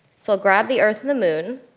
so, we'll grab the earth and the moon.